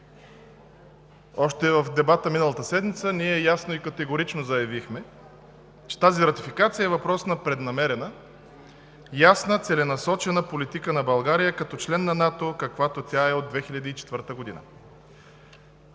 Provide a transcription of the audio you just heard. Още в дебата миналата седмица ние ясно и категорично заявихме, че тази ратификация е въпрос на преднамерена, ясна целенасочена политика на България като член на НАТО, каквато тя е от 2004 г.